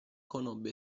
conobbe